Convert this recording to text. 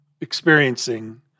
experiencing